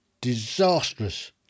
disastrous